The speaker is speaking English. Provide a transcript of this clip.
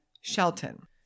Shelton